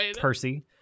Percy